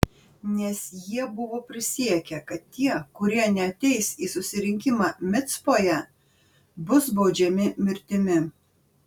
nes jie buvo prisiekę kad tie kurie neateis į susirinkimą micpoje bus baudžiami mirtimi